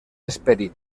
esperit